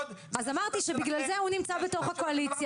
אמרתי שבגלל זה הוא נמצא בתוך הקואליציה